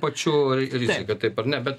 pačių rizika taip ar ne bet